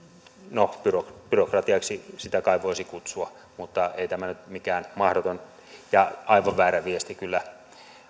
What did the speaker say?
no byrokratiaksi sitä kai voisi kutsua mutta ei tämä nyt mikään mahdoton ja aivan väärä viesti kyllä